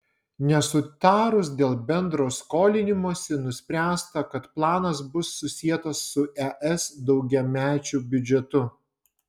nesutarus dėl bendro skolinimosi nuspręsta kad planas bus susietas su es daugiamečiu biudžetu